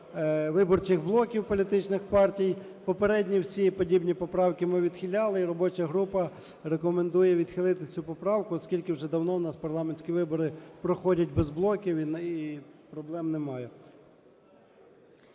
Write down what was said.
"виборчих блоків політичних партій". Попередні всі подібні поправки ми відхиляли, і робоча група рекомендує відхилити цю поправку, оскільки вже давно у нас парламентські вибори проходять без блоків і на… і проблем немає.